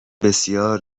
بسیار